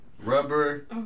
Rubber